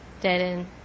dead-end